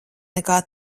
nekā